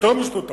יותר משטות אחת,